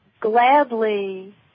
gladly